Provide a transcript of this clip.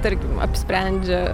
tarkim apsprendžia